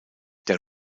der